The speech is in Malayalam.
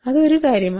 അത് ഒരു കാര്യമാണ്